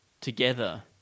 together